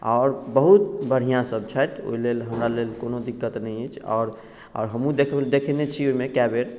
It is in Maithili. आओर बहुत बढ़िआँ सभ छथि ओहि लेल हमरा लेल कोनो दिक्कत नहि अछि आओर आओर हमहूँ देख देखेने छी ओहिमे कए बेर